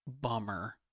bummer